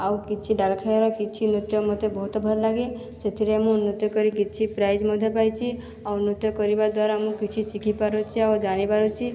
ଆଉ କିଛି ଡାଳଖାଇର କିଛି ନୃତ୍ୟ ମୋତେ ବହୁତ ଭଲ ଲାଗେ ସେଥିରେ ମୁଁ ନୃତ୍ୟ କରି କିଛି ପ୍ରାଇଜ ମଧ୍ୟ ପାଇଛି ଆଉ ନୃତ୍ୟ କରିବା ଦ୍ଵରା ମୁଁ କିଛି ଶିଖି ପାରୁଛି ଆଉ ଜାଣି ପାରୁଛି